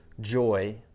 joy